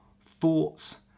thoughts